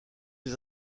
les